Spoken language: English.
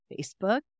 Facebook